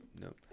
Nope